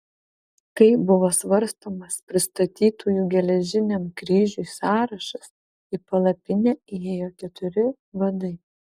kai buvo svarstomas pristatytųjų geležiniam kryžiui sąrašas į palapinę įėjo keturi vadai